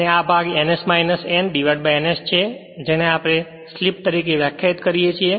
અને આ ભાગ ns n ns છે જેને આપણે સ્લિપ તરીકે વ્યાખ્યાયિત કરીએ છીએ